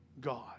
God